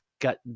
got